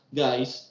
guys